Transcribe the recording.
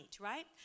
right